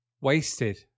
wasted